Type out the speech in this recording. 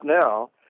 now